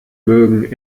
mögen